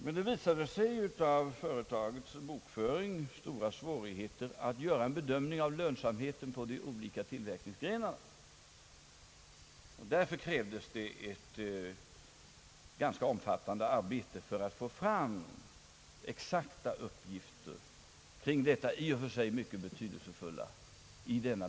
Av företagets bokföring framgick emellertid att det var stora svårigheter att göra en bedömning av lönsamheten av de olika tillverkningsgrenarna. Därför krävdes det ganska omfattande arbete för att få fram exakta uppgifter i denna i och för sig mycket betydelsefulla fråga.